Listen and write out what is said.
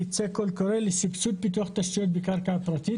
ייצא קול קורא לסבסוד פיתוח תשתיות בקרקע פרטית,